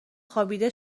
خوابیده